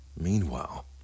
Meanwhile